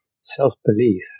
Self-belief